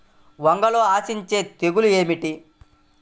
వంగలో ఆశించు తెగులు ఏమిటి?